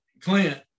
Clint